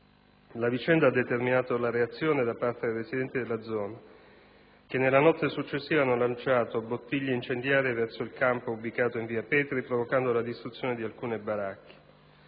La vicenda ha determinato la reazione di parte dei residenti della zona che, nella notte successiva, hanno lanciato bottiglie incendiarie verso il campo ubicato in via Petri, provocando la distruzione di alcune baracche.